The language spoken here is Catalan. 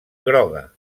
groga